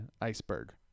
iceberg